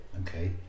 okay